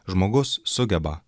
žmogus sugeba